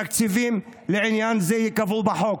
תקציבים לעניין זה ייקבעו בחוק".